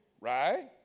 right